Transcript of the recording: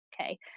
okay